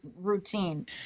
routine